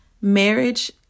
marriage